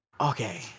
Okay